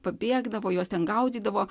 pabėgdavo juos ten gaudydavo